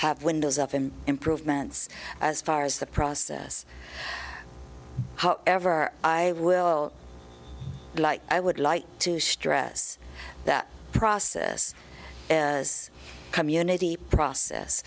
have windows up and improvements as far as the process however i will like i would like to stress that process as a community process